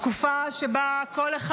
תקופה שבה כל אחד